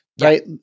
right